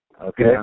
Okay